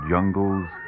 Jungles